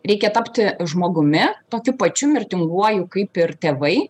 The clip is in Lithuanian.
reikia tapti žmogumi tokiu pačiu mirtinguoju kaip ir tėvai